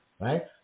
right